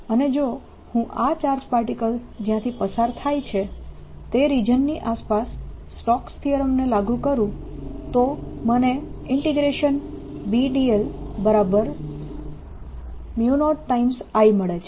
અને જો હું આ ચાર્જ પાર્ટીકલ જ્યાંથી પસાર થાય છે એ રિજન ની આસપાસ સ્ટોક્સના થીયરમને લાગુ કરું તો મને B dl0 I મળે છે